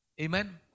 Amen